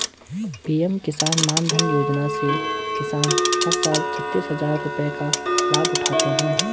PM Kisan Mandhan योजना से किसान हर साल छतीस हजार रुपये का लाभ उठाते है